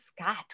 Scott